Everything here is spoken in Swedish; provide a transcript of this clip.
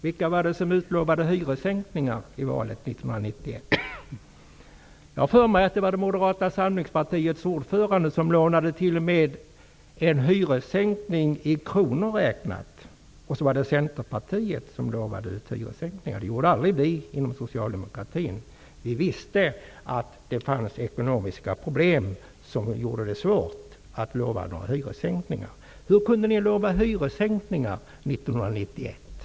Vilka var det som utlovade hyressänkningar i valet 1991? Jag har för mig att det var Moderata samlingspartiets ordförande som t.o.m. utlovade hyressänkningar i kronor räknat. Centerpartiet utlovade också hyressänkningar. Det gjorde vi aldrig i socialdemokratin. Vi visste att det fanns ekonomiska problem som gjorde det svårt att lova några hyressänkningar. Hur kunde ni utlova hyressänkningar 1991?